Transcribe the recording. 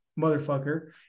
motherfucker